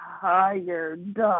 tired